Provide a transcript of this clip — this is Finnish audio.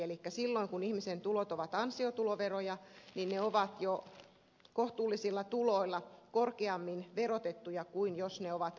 elikkä silloin kun ihmisen tulot ovat ansiotuloveroja ne ovat jo kohtuullisilla tuloilla korkeammin verotettuja kuin jos ne ovat pääomaverotuloja